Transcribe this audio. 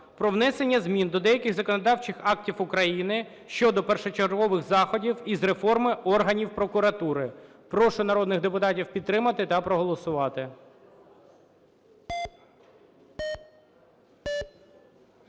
про внесення змін до деяких законодавчих актів України щодо першочергових заходів із реформою органів прокуратури. Прошу народних депутатів підтримати та проголосувати.